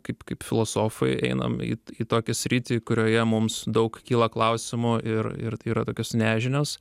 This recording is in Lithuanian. kaip kaip filosofai einam į kitokią sritį kurioje mums daug kyla klausimų ir ir tai yra tokios nežinios